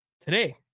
today